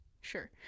sure